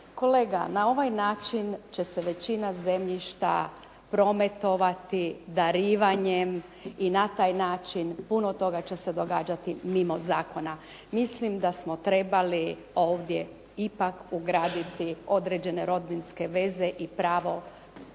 Kolega, na ovaj način će se većina zemljišta prometovati darivanjem i na taj način puno toga će se dešavati mimo zakona. Mislim da smo trebali ovdje ipak ugraditi određene rodbinske veze i pravo